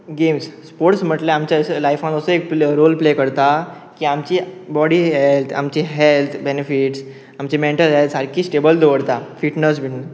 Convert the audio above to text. games sports म्हटल्यार आमच्या लायफान असो एक रोल प्ले करता की आमची बॉडी हेल्थ आमची हेल्थ बेनिफिट्स आमची मॅटल हेल्थ सारकी स्टेबल दवरता फिटनस बी